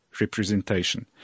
representation